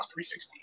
360